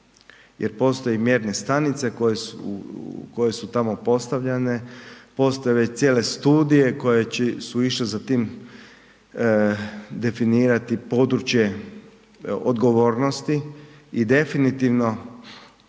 Jer postoje mjerne stanice koje su tamo postavljane, postoje već cijele studije koje su išle za tim definirati područje odgovornosti. I definitivno